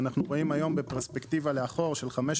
אנחנו רואים היום בפרספקטיבה לאחור של 15,